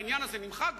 והעניין הזה נמחק,